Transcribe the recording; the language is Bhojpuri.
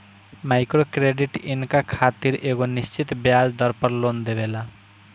माइक्रो क्रेडिट इनका खातिर एगो निश्चित ब्याज दर पर लोन देवेला